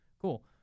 cool